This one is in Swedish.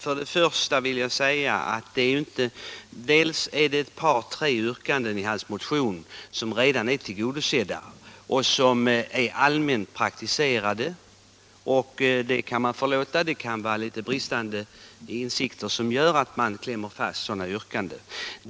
För det första är det ett par tre yrkanden i herr Silfverstrands motion som redan är tillgodosedda då de gäller åtgärder som är allmänt praktiserade. Det kan vara litet bristande insikter — och det kan man förlåta - som gör att man klämmer fast sådana yrkanden.